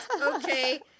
Okay